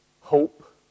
hope